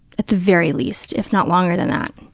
at the very least, if not longer than that.